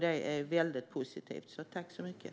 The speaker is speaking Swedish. Detta är väldigt positivt.